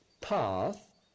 path